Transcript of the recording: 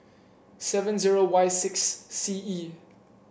seven zero Y six C E